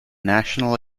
national